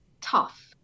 tough